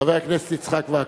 חבר הכנסת יצחק וקנין.